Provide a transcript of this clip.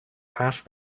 hash